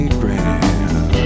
grand